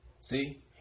See